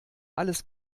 alles